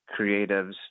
creatives